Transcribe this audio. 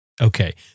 Okay